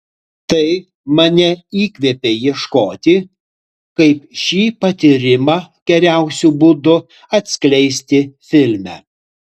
tai mane įkvėpė ieškoti kaip šį patyrimą geriausiu būdu atskleisti filme